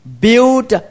build